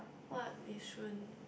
what Yishun